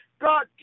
God